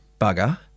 bugger